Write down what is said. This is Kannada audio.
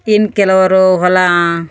ಇನ್ನು ಕೆಲವರು ಹೊಲ